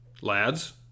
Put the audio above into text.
lads